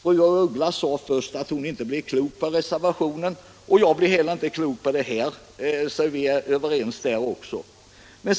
Fru af Ugglas sade först att hon inte blev klok på reservationen — och jag blir inte klok på det här, så på den punkten 101 är vi överens.